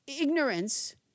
ignorance